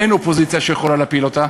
אין אופוזיציה שיכולה להפיל אותה.